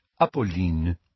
Apolline